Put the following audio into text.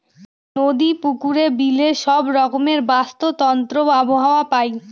নদী, পুকুরে, বিলে সব রকমের বাস্তুতন্ত্র আবহাওয়া পায়